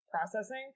processing